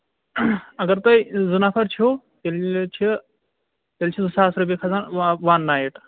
اَگر تۄہہِ زٕ نَفر چھِو تیٚلہِ چھِ تیٚلہِ چھِ زٕ ساس رۄپیہِ کھسان وَن نَیِٹ